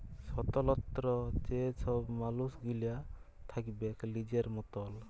স্বতলত্র যে ছব মালুস গিলা থ্যাকবেক লিজের মতল